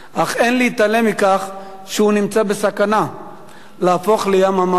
אך אין להתעלם מכך שהוא נמצא בסכנה להפוך ל"ים המוות",